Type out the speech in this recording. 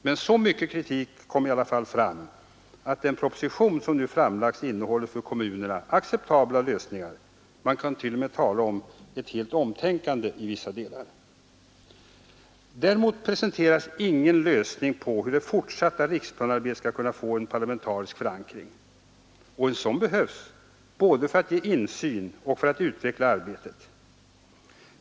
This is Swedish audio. Men så mycket kritik kom i alla fall fram att den proposition som nu framlagts innehåller för kommunerna acceptabla lösningar. Man kan t.o.m. tala om ett helt omtänkande i vissa delar. Däremot presenteras ingen lösning på hur det fortsatta riksplanearbetet skall kunna få en parlamentarisk förankring. Och en sådan behövs, både för att ge insyn och för att utveckla arbetet.